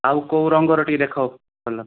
ଆଉ କେଉଁ ରଙ୍ଗର ଟିକେ ଦେଖାଅ ଭଲ